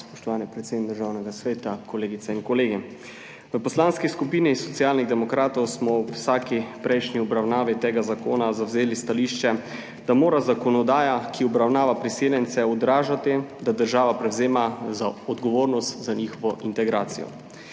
spoštovani predsednik Državnega sveta, kolegice in kolegi! V Poslanski skupini Socialnih demokratov smo ob vsaki prejšnji obravnavi tega zakona zavzeli stališče, da mora zakonodaja, ki obravnava priseljence, odražati to, da država prevzema odgovornost za njihovo integracijo.